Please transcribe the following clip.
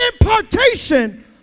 impartation